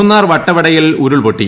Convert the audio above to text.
മൂന്നാർ വട്ടവടയിൽ ഉരുൾപൊട്ടി